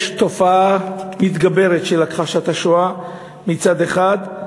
יש תופעה מתגברת של הכחשת השואה מצד אחד,